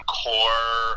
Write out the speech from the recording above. core